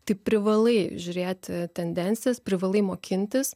tai privalai žiūrėti tendencijas privalai mokintis